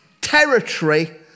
territory